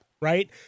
Right